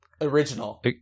Original